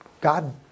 God